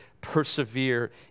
persevere